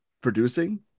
producing